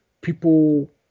people